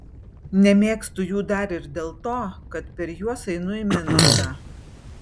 nemėgstu jų dar ir dėl to kad per juos einu į minusą